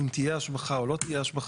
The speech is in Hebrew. אם תהיה השבחה או לא תהיה השבחה.